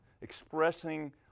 expressing